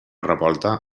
revolta